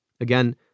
Again